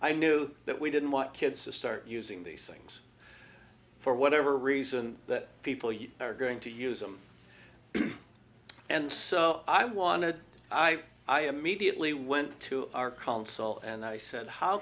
i knew that we didn't want kids to start using these things for whatever reason that people you are going to use them and so i wanted i immediately went to our consul and i said how